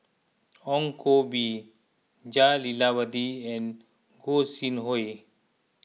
Ong Koh Bee Jah Lelawati and Gog Sing Hooi